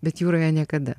bet jūroje niekada